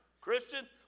Christian